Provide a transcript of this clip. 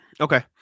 Okay